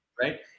Right